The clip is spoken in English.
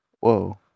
Whoa